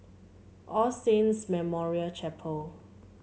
All Saints Memorial Chapel